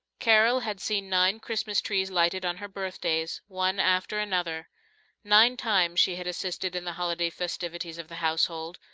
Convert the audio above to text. carol had seen nine christmas trees lighted on her birthdays, one after another nine times she had assisted in the holiday festivities of the household,